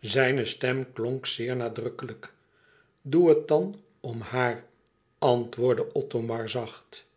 zijne stem klonk zeer nadrukkelijk doe het dan om haar antwoordde othomar zacht